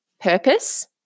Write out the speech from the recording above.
purpose